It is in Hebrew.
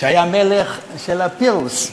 שהיה מלך אפירוס.